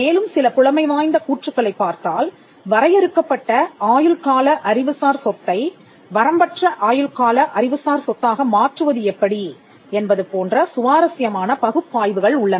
மேலும் சில புலமை வாய்ந்த கூற்றுக்களைப் பார்த்தால் வரையறுக்கப்பட்ட ஆயுள்கால அறிவுசார் சொத்தை வரம்பற்ற ஆயுள்கால அறிவுசார் சொத்தாக மாற்றுவது எப்படி என்பது போன்ற சுவாரஸ்யமான பகுப்பாய்வுகள் உள்ளன